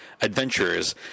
adventurers